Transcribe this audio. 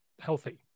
healthy